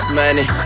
money